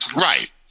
Right